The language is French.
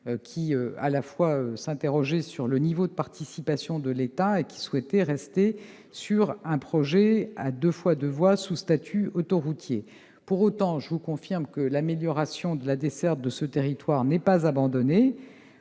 qui s'interrogeaient sur le niveau de participation de l'État et souhaitaient conserver un projet de mise à deux fois deux voies sous statut autoroutier. Pour autant, je vous confirme que le projet d'amélioration de la desserte de ce territoire n'est pas abandonné.